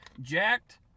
Jacked